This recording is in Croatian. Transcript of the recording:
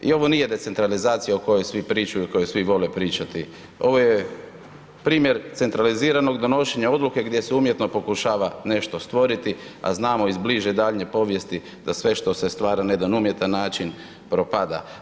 I ovo nije decentralizacija o kojoj svi pričaju, o kojoj svi vole pričati, ovo je primjer centraliziranog donošenja odluke gdje se umjetno pokušava nešto stvoriti a znamo iz bliže i daljnje povijest da sve što se stvara na jedan umjetan način propada.